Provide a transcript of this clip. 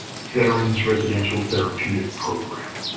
veterans residential therapeutic program.